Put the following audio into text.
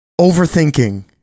overthinking